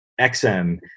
xm